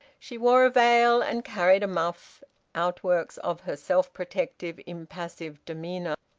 she wore a veil, and carried a muff outworks of her self-protective, impassive demeanour.